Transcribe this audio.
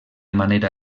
manera